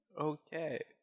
Okay